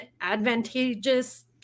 advantageous